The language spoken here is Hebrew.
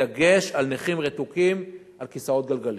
בדגש על נכים רתוקים על כיסאות גלגלים,